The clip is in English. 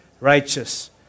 Righteous